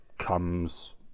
Comes